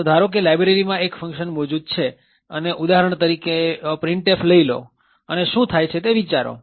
તો ધારો કે લાઇબ્રેરીમાં એક ફંકશન મોજુદ છે અને ઉદાહરણ તરીકે printf લઇ લો અને શું થાય છે તે વિચારો